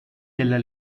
della